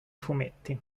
fumetti